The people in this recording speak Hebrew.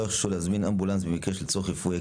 שלא יחששו להזמין אמבולנס במקרה של צורך רפואי,